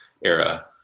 era